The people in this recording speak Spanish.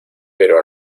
pero